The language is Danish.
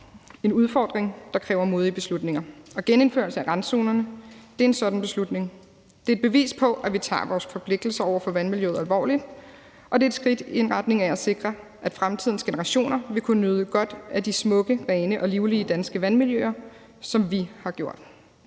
en udfordring, der kræver modige beslutninger. En genindførelse af randzonerne er en sådan beslutning. Det er et bevis på, at vi tager vores forpligtelser over for vandmiljøet alvorligt, og det er et skridt i retning af at sikre, at fremtidens generationer vil kunne nyde godt af de smukke, rene og livlige danske vandmiljøer, ligesom vi har gjort